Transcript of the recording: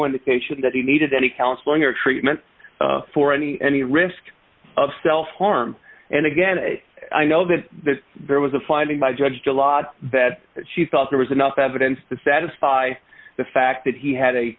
indication that he needed any counseling or treatment for any any risk of self harm and again i know that there was a finding by judge to a lot that she thought there was enough evidence to satisfy the fact that he had